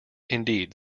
indeed